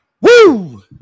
Woo